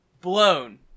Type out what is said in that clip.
blown